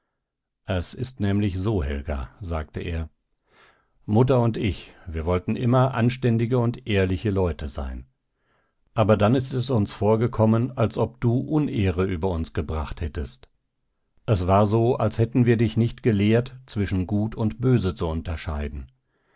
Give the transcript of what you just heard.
es ist nämlich so helga sagte er mutter und ich wir wollten immer anständige und ehrliche leute sein aber dann ist es uns vorgekommen als ob du unehre über uns gebracht hättest es war so als hätten wir dich nicht gelehrt zwischen gut und böse zu unterscheiden